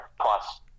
plus